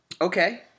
Okay